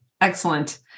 Excellent